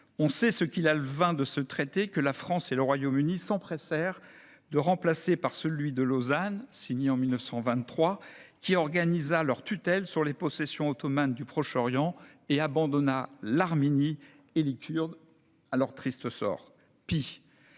On sait ce qu'il advint de ce traité, que la France et le Royaume-Uni s'empressèrent de remplacer par celui de Lausanne, signé en 1923, qui organisa leur tutelle sur les possessions ottomanes au Proche-Orient et abandonna l'Arménie et les Kurdes à leur triste sort. Pis,